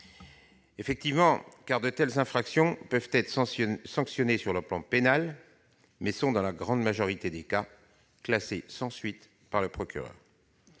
auteurs. Si de telles infractions peuvent être sanctionnées sur le plan pénal, les plaintes sont, dans la grande majorité des cas, classées sans suite par le procureur.